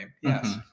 Yes